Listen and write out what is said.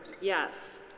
yes